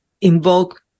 invoke